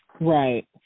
Right